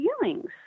feelings